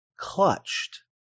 clutched